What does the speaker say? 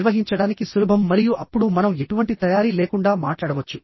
నిర్వహించడానికి సులభం మరియు అప్పుడు మనం ఎటువంటి తయారీ లేకుండా మాట్లాడవచ్చు